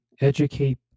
educate